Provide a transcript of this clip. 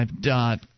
dot